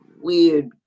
weird